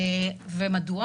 ומדוע?